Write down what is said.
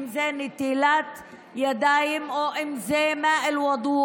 אם זה נטילת ידיים ואם זה (אומרת בערבית: